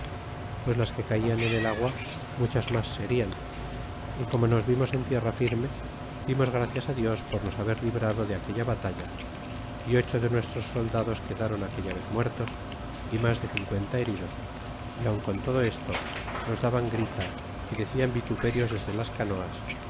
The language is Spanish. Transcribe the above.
pues las que calan en el agua muchas mas serian y como nos vimos en tierra firme dimos gracias á dios por nos haber librado de aquella batalla y ocho de nuestros soldados quedron aquella vez muertos y mas de cincuenta heridos y aun con todo esto nos daban grita y decian vituperios desde las canoas